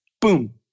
Boom